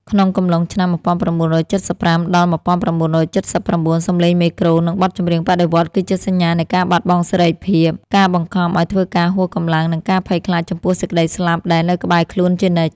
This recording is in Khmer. ក្នុងកំឡុងឆ្នាំ ១៩៧៥ ដល់ ១៩៧៩ សម្លេងមេក្រូ និងបទចម្រៀងបដិវត្តន៍គឺជាសញ្ញានៃការបាត់បង់សេរីភាព ការបង្ខំឱ្យធ្វើការហួសកម្លាំង និងការភ័យខ្លាចចំពោះសេចក្តីស្លាប់ដែលនៅក្បែរខ្លួនជានិច្ច។